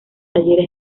talleres